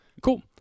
Cool